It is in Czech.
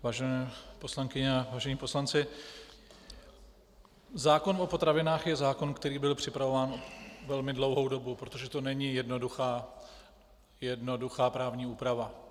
Vážené poslankyně a vážení poslanci, zákon o potravinách je zákon, který byl připravován velmi dlouhou dobu, protože to není jednoduchá právní úprava.